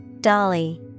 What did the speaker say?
Dolly